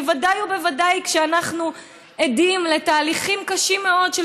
בוודאי ובוודאי כשאנחנו עדים לתהליכים קשים מאוד של